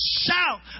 shout